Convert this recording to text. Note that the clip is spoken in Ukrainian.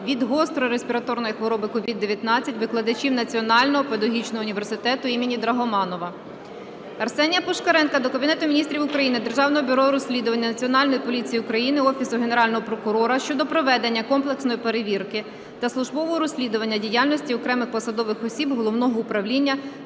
від гострої респіраторної хвороби СОVID-19 викладачів Національного педагогічного університету імені М.П. Драгоманова. Арсенія Пушкаренка до Кабінету Міністрів України, Державного бюро розслідувань, Національної поліції України, Офісу Генерального прокурора щодо проведення комплексної перевірки та службового розслідування діяльності окремих посадових осіб Головного управління